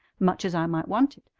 much as i might want it,